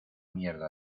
mierda